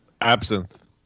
absinthe